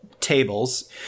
Tables